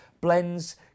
Blends